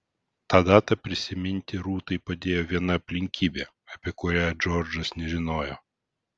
tą datą prisiminti rūtai padėjo viena aplinkybė apie kurią džordžas nežinojo